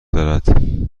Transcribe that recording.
دارد